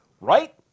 right